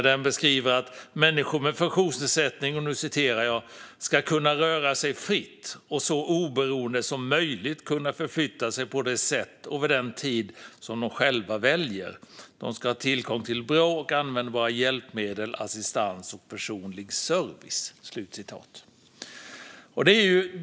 Den beskriver att människor med funktionsnedsättning ska kunna röra sig fritt och så oberoende som möjligt kunna förflytta sig på det sätt och vid den tid som de själva väljer. De ska ha tillgång till bra och användbara hjälpmedel, assistans och personlig service.